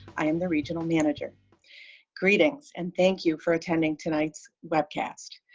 i am the regional manager greetings and thank you for attending tonight's webcast.